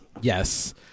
Yes